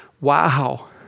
Wow